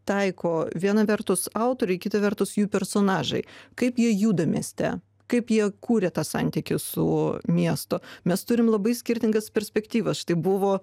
taiko viena vertus autoriui kita vertus jų personažai kaip jie juda mieste kaip jie kūrė tą santykį su miestu mes turim labai skirtingas perspektyvas štai buvo